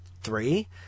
three